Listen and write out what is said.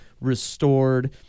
restored